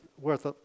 worth